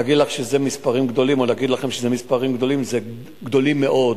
להגיד לכם שזה מספרים גדולים, גדולים מאוד.